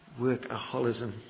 workaholism